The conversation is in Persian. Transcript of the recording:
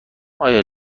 آیا